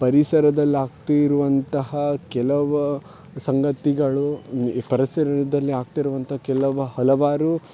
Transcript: ಪರಿಸರದಲ್ಲಾಗ್ತಿರುವಂತಹ ಕೆಲವು ಸಂಗತಿಗಳು ಪರಿಸರದಲ್ಲಿ ಆಗ್ತಿರುವಂಥ ಕೆಲವು ಹಲವಾರು